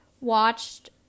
watched